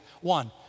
One